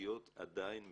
והבטיחותיות עדיין מדשדשות.